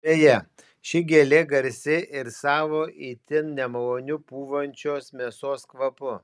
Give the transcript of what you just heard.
beje ši gėlė garsi ir savo itin nemaloniu pūvančios mėsos kvapu